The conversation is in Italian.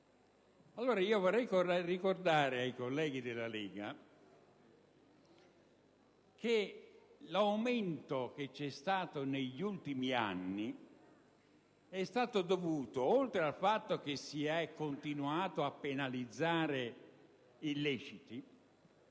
allora ricordare ai colleghi della Lega Nord che l'aumento che c'è stato negli ultimi anni è stato dovuto, (oltre che al fatto che si è continuato a penalizzare illeciti,